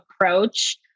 approach